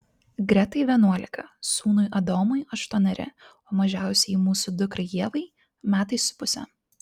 gretai vienuolika sūnui adomui aštuoneri o mažiausiajai mūsų dukrai ievai metai su puse